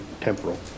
temporal